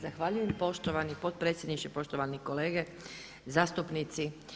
Zahvaljujem poštovani predsjedniče, poštovani kolege zastupnici.